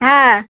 হ্যাঁ